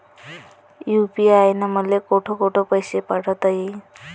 UPI न मले कोठ कोठ पैसे पाठवता येईन?